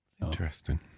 Interesting